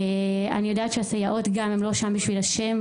אני יודעת שהסייעות גם לא שם בשביל השם,